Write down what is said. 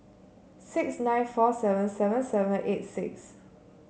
six nine four seven seven seven eight nine